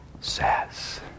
says